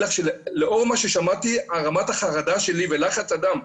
לך שלאור מה ששמעתי רמת החרדה שלי ולחץ הדם,